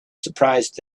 surprised